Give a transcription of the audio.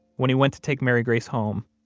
when he went to take mary grace home,